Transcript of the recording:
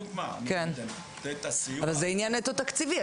אבל זה עניין נטו תקציבי.